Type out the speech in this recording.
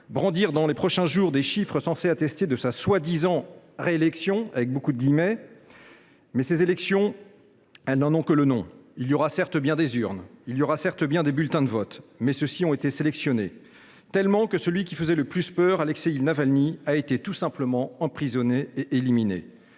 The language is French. brandir, dans les prochains jours, des chiffres censés attester de sa soi disant « réélection », avec beaucoup de guillemets, ce scrutin n’a d’une élection que le nom. Il y aura certes bien des urnes. Il y aura certes bien des bulletins de vote. Mais ceux ci ont été sélectionnés, tant et si bien que celui qui faisait le plus peur, Alexeï Navalny, a été tout simplement emprisonné et éliminé.